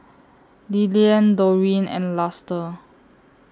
Lillian Dorene and Luster